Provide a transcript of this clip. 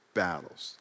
battles